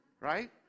right